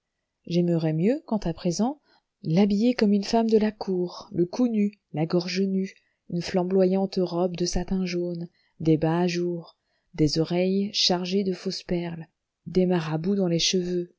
j'aimerais mieux quant à présent l'habiller comme une femme de la cour le cou nu la gorge nue une flamboyante robe de satin jaune des bas à jour les oreilles chargées de fausses perles des marabouts dans les cheveux